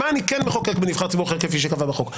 מה אני כן מחוקק בנבחר ציבור אחר כפי שייקבע בחוק.